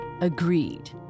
Agreed